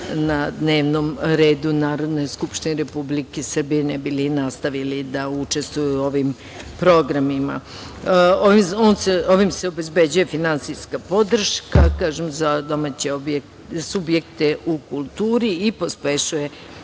na dnevnom redu Narodne skupštine Republike Srbije, ne bi li nastavili da učestvuju u ovim programima. Ovim se obezbeđuje finansijska podrška za domaće subjekte u kulturi i pospešuje